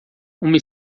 uma